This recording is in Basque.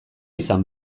izan